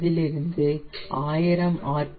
இதிலிருந்து 1000 ஆர்